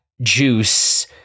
juice